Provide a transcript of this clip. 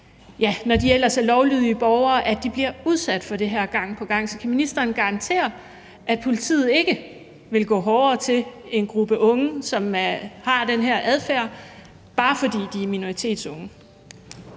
når de ellers er lovlydige borgere, bliver udsat for det her gang på gang. Så kan ministeren garantere, at politiet ikke vil gå hårdere til en gruppe unge, som har den her adfærd, bare fordi de er minoritetsunge?